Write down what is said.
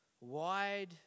wide